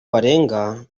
barenga